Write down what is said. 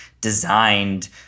designed